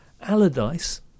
Allardyce